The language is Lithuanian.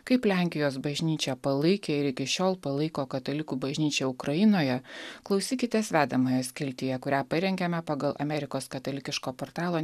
kaip lenkijos bažnyčia palaikė ir iki šiol palaiko katalikų bažnyčią ukrainoje klausykitės vedamojo skiltyje kurią parengėme pagal amerikos katalikiško portalo